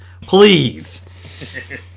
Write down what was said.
Please